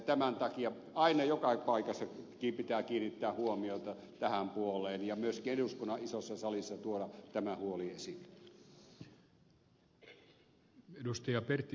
tämän takia aina joka paikassa pitää kiinnittää huomiota tähän puoleen ja myöskin eduskunnan isossa salissa tuoda tämä huoli esiin